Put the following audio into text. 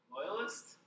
Loyalist